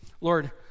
Lord